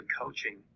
coaching